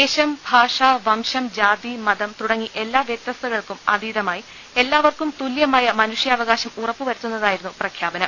ദേശം ഭാഷ്ട് വംശം ജാതി മതം തുടങ്ങി എല്ലാ വ്യത്യസ്തത കൾക്കും അത്ീതമായി എല്ലാവർക്കും തുല്യമായ മനുഷ്യാവകാശം ഉറപ്പുവരൂത്തുന്നതായിരുന്നു പ്രഖ്യാപനം